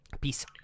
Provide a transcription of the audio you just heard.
Peace